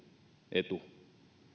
etu